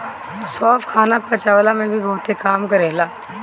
सौंफ खाना पचवला में भी बहुते काम करेला